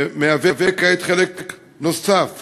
הוא כעת חלק נוסף